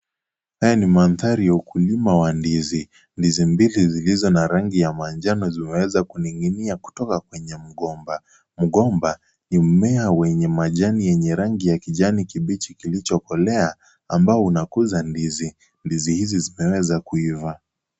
Haya ni mandhari ya ukulima wa ndizi , ndizi mbili zilizo na rangi ya manjano zimeweza kuninginia kutoka kwenye mgomba, mgomba ni mmea wenye mmea wenye rangi ya kijani kibichi kilicho kolea ambao unakuza ndizi, ndizi hizi zimeweza kuiva.